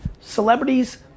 Celebrities